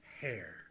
Hair